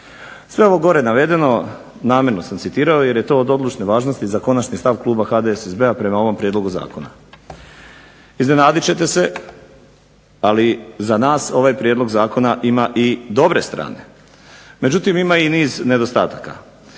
Sve ovo gore navedeno namjerno sam citirao jer je to od odlučne važnosti za konačni stav kluba HDSSB-a prema ovom prijedlogu zakona. Iznenadit ćete se ali za nas ovaj prijedlog zakona ima i dobre strane. Međutim, ima i niz nedostataka.